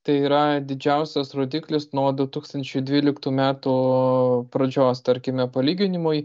tai yra didžiausias rodiklis nuo du tūkstančiai dvyliktų metų pradžios tarkime palyginimui